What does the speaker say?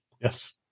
yes